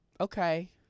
Okay